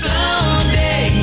Someday